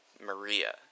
Maria